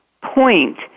point